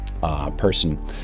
Person